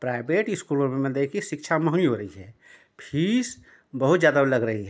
private इस्कूलों में मतलब कि शिक्षा महंगी हो रही है फीस बहुत ज़्यादा वो लग रही है